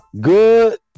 good